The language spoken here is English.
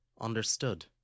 Understood